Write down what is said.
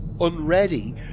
unready